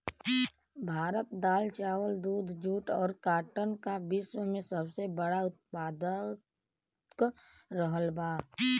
भारत दाल चावल दूध जूट और काटन का विश्व में सबसे बड़ा उतपादक रहल बा